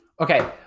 okay